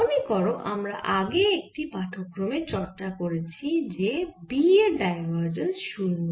মনে করো আমরা আগে একটি পাঠক্রমে চর্চা করেছি যে B এর ডাইভারজেন্স শূন্য